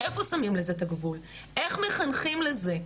איפה שמים לזה את הגבול, איך מחנכים לזה?